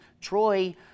Troy